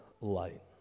light